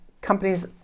companies